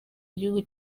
igihugu